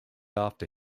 after